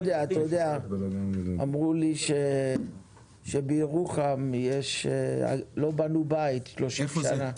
אמרו לי שבירוחם לא בנו בית 30 שנה.